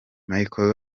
michael